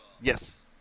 yes